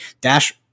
Dash